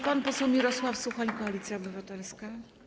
Pan poseł Mirosław Suchoń, Koalicja Obywatelska.